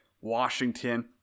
Washington